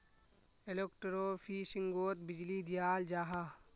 एलेक्ट्रोफिशिंगोत बीजली दियाल जाहा